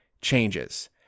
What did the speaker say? changes